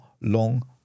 Long